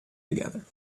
together